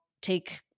take